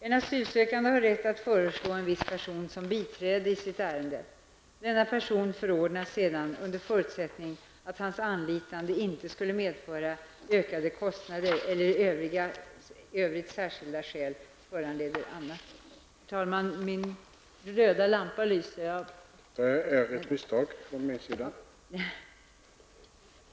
En asylsökande har rätt att föreslå en viss person som biträde i sitt ärende. Denna person förordnas sedan under förutsättning att hans anlitande inte skulle medföra ökade kostnader eller i övrigt särskilda skäl föranleder annat.